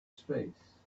space